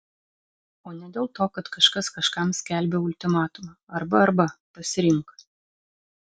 o ne dėl to kad kažkas kažkam skelbia ultimatumą arba arba pasirink